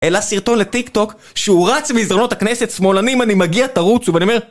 אלא סרטון לטיק טוק, שהוא רץ במסדרונות הכנסת שמאלנים, אני מגיע, תרוצו, ואני אומר...